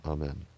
Amen